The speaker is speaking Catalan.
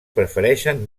prefereixen